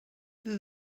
did